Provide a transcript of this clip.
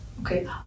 okay